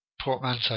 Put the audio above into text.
portmanteau